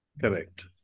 correct